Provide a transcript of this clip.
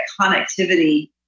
connectivity